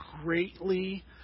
greatly